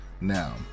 Now